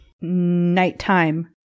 Nighttime